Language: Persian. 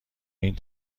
این